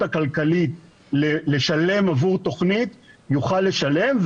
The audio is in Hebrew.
הכלכלית לשלם עבור תוכנית יוכל לשלם,